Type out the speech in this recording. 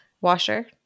Washer